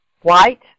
White